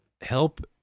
help